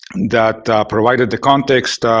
that provided the context